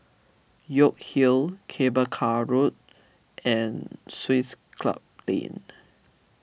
York Hill Cable Car Road and Swiss Club Lane